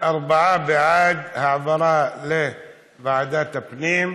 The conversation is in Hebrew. ארבעה בעד העברה לוועדת הפנים,